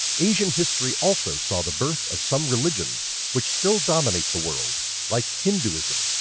asian history also saw the birth of some religions which still dominate the world like hinduism,